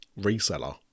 reseller